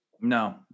no